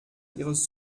ihres